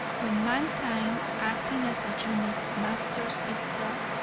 when mankind, acting as a unit, masters itself,